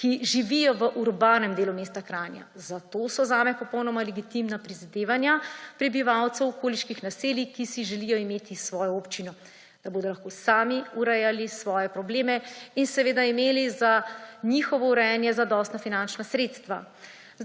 ki živijo v urbanem delu mesta Kranja, zato so zame popolnoma legitimna prizadevanja prebivalcev okoliških naselij, ki si želijo imeti svojo občino, da bodo lahko sami urejali svoje probleme in seveda imeli za njihovo urejanje zadostna finančna sredstva.